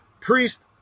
Priest